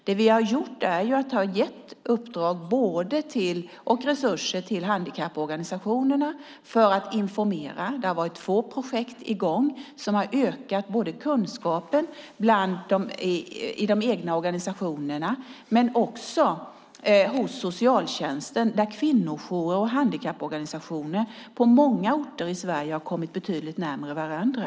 Det vi har gjort är att vi har gett uppdrag och resurser till handikapporganisationerna för information. Det har varit två projekt i gång som har ökat kunskapen i de egna organisationerna och hos socialtjänsten. Kvinnojourer och handikapporganisationer har på många orter i Sverige kommit betydligt närmare varandra.